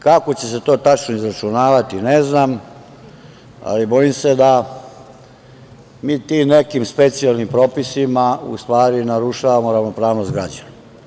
Kako će se to tačno izračunavati ne znam, ali bojim se da mi ti nekim specijalnim propisima u stvari narušavamo ravnopravnost građana.